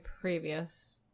previous